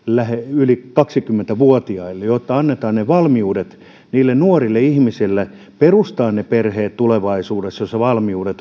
yli kaksikymmentä vuotiaille jotta annetaan valmiudet niille nuorille ihmisille perustaa ne perheet tulevaisuudessa kun valmiudet